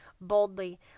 boldly